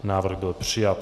Návrh byl přijat.